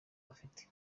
bafite